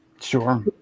Sure